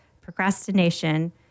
procrastination